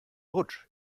rutsch